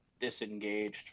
disengaged